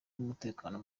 n’umutekano